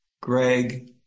Greg